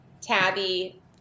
Tabby